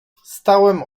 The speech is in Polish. stałem